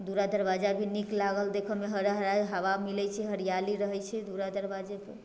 दुरा दरवाजा भी नीक लागल देखैमे हरा हरा हवा मिलै छै हरियाली रहै छै दुरा दरवाजापर